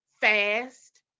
fast